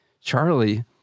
Charlie